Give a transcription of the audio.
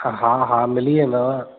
ह हा हा मिली वेंदव